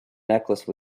necklace